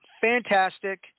fantastic